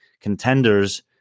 contenders